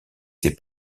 ses